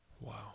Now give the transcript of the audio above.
Wow